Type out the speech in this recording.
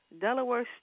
Delaware